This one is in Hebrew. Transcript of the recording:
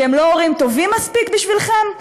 שהם לא הורים טובים מספיק בשבילכם?